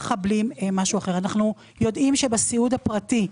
אנחנו יודעים שאת הסיעוד הביתי,